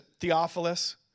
Theophilus